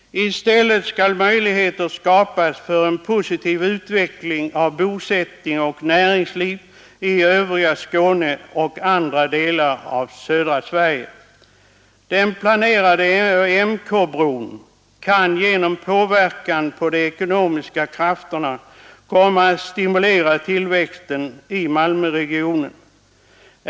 I stället skall möjligheter skapas för en positiv utveckling av bosättning och näringsliv i övriga Skåne och i andra delar av södra Sverige. Den planerade MK-bron kan genom påverkan på de ekonomiska krafterna komma att stimulera tillväxten i Malmöregionen.